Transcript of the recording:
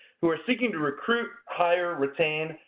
who are seeking to recruit, hire, retain,